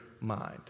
mind